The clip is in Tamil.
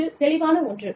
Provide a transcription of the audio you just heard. இது தெளிவான ஒன்று